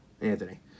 Anthony